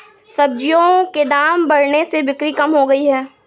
सब्जियों के दाम बढ़ने से बिक्री कम हो गयी है